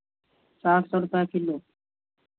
सात सौ रुपैया किलो